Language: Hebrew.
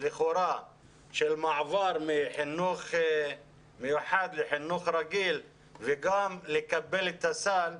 של מעבר מחינוך מיוחד לחינוך רגיל וגם לקבל את הסל.